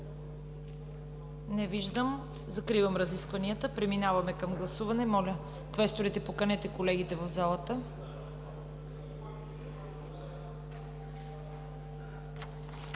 Не виждам. Закривам разискванията. Преминаваме към гласуване. Моля, квесторите, поканете колегите в залата.